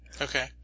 Okay